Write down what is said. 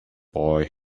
boy